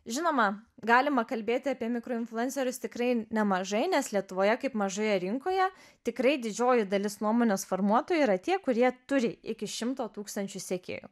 žinoma galima kalbėti apie mikroinfluencerius tikrai nemažai nes lietuvoje kaip mažoje rinkoje tikrai didžioji dalis nuomonės formuotojų yra tie kurie turi iki šimto tūkstančių sekėjų